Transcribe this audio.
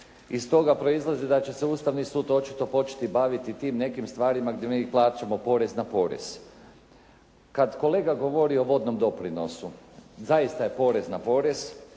Iz toga proizlazi da će se Ustavni sud očito početi baviti tim nekim stvarima gdje mi plaćamo porez na porez. Kad kolega govori o vodnom doprinosu zaista je porez na porez,